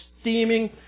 steaming